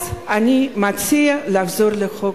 אז אני מציעה לחזור לחוק.